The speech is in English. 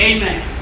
Amen